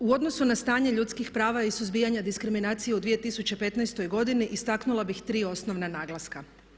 U odnosu na stanje ljudskih prava i suzbijanje diskriminacije u 2015. godini istaknula bih tri osnovna naglaska.